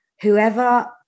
whoever